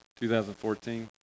2014